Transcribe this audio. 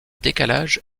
décalage